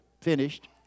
finished